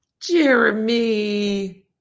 Jeremy